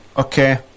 Okay